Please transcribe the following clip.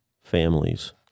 families